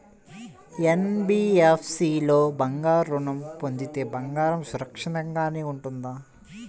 NBFC లో బంగారు ఋణం పొందితే బంగారం సురక్షితంగానే ఉంటుందా?